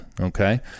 Okay